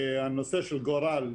הנושא של גורל,